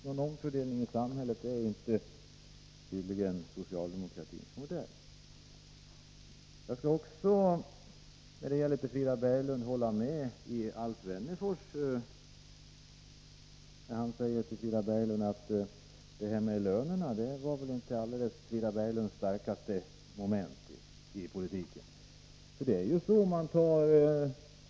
Någon omfördelning i samhället är tydligen inte socialdemokratins modell. Jag vill hålla med Alf Wennerfors när han säger att lönerna inte var Frida Berglunds allra starkaste moment i politiken.